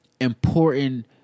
important